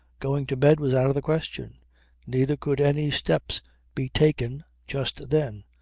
going to bed was out of the question neither could any steps be taken just then.